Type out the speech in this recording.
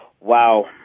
wow